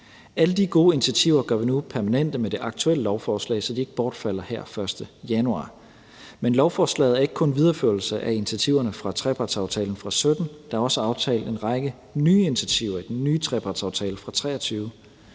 Alle de gode initiativer gør vi nu permanente med det aktuelle lovforslag, så de ikke bortfalder her den 1. januar. Men lovforslaget er ikke kun en videreførelse af initiativerne fra trepartsaftalen fra 2017. Der er også aftalt en række nye initiativer i den nye trepartsaftale fra 2023.